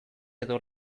edo